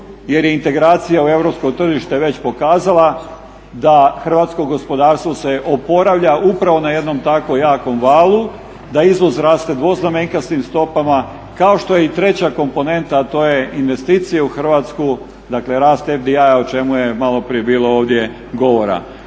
jer je integracija u europsko tržište već pokazala da hrvatsko gospodarstvo se oporavlja upravo na jednom tako jakom valu, da izvoz raste dvoznamenkastim stopama, kao što je i treća komponenta, a to je investicije u Hrvatsku, dakle rast … o čemu je maloprije bilo ovdje govora.